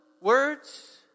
words